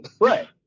Right